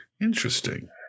Interesting